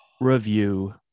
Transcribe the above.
review